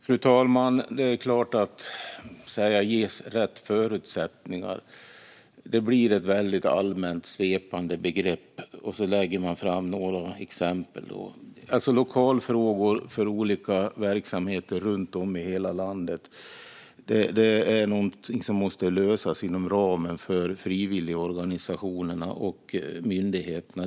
Fru talman! Att ges rätt förutsättningar blir ett ganska allmänt och svepande begrepp, och så lägger man fram några exempel. Lokalfrågor för olika verksamheter runt om i hela landet är något som måste lösas inom ramen för frivilligorganisationerna och myndigheterna.